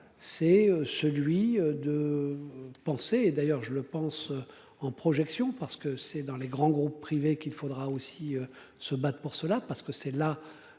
c'est celui de. Penser, et d'ailleurs je le pense en projection parce que c'est dans les grands groupes privés qu'il faudra aussi se battre pour cela parce que c'est là